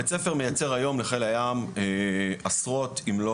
בית הספר מייצר היום לחיל הים עשרות אם לא